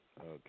Okay